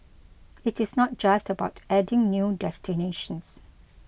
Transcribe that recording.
it is not just about adding new destinations